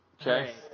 Okay